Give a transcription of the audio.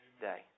day